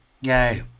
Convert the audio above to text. Yay